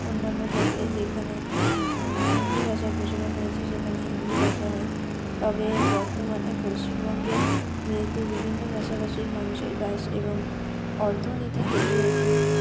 অন্যান্য জায়গায় যেখানে হিন্দি ভাষার প্রচলন রয়েছে সেখানে হিন্দি ভাষা হয় তবে বর্তমানে পশ্চিমবঙ্গে যেহেতু বিভিন্ন ভাষাভাষীর মানুষের বাস এবং অর্থনীতিতে যেহেতু